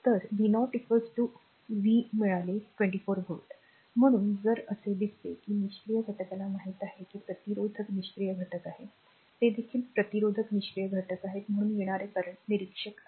तर v0 r v मिळाले 24 volt म्हणून जर असे दिसते की निष्क्रिय घटकाला माहित आहे की प्रतिरोधक निष्क्रिय घटक आहेत हे देखील प्रतिरोधक निष्क्रिय घटक आहेत म्हणून येणार current निरीक्षक आहे